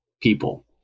people